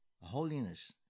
holiness